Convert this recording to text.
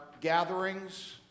gatherings